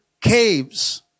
caves